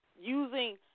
using